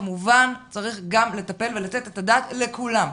כמובן צריך גם לטפל ולתת את הדעת לכולם.